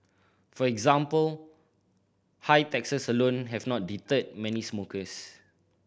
for example high taxes alone have not deterred many smokers